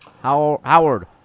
Howard